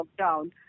lockdown